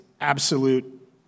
absolute